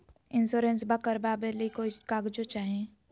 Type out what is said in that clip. इंसोरेंसबा करबा बे ली कोई कागजों चाही?